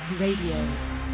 Radio